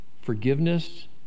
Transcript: forgiveness